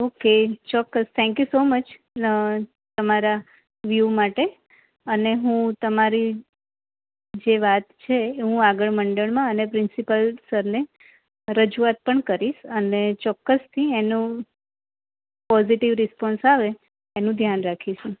okay ચોક્કસ thank you so much તમારા વ્યૂ માટે અને હું તમારી જે વાત છે હું આગળ મંડળમાં અને પ્રિન્સિપાલ સરને રજૂઆત પણ કરીશ અને ચોક્કસથી એનો પોઝિટિવ રિસ્પોન્સ આવે એનું ધ્યાન રાખીશું